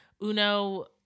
Uno